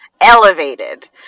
elevated